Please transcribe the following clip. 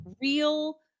real